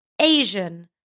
Asian